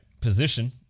position